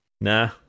nah